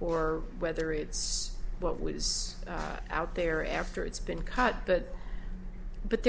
or whether it's what was out there after it's been cut but but